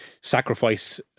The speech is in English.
sacrifice